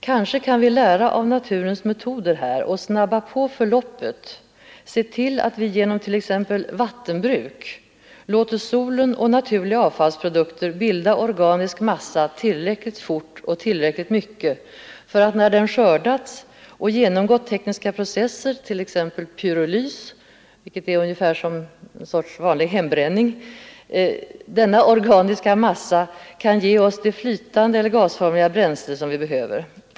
Kanske kan vi lära av naturens metoder här att snabba på förloppet, se till att vi genom t.ex. vattenbruk låter solen och naturliga avfallsprodukter bilda organisk massa tillräckligt fort och i tillräcklig mängd för att denna organiska massa, när den skördats och genomgått tekniska processer, t.ex. pyrolys — dvs. något liknande vanlig hembränning — skall kunna ge oss det flytande eller gasformiga bränsle som vi behöver.